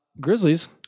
Grizzlies